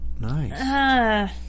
Nice